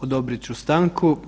Odobrit ću stanku.